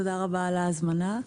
תודה רבה על ההזמנה.